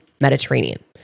Mediterranean